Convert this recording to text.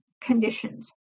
conditions